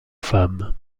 femmes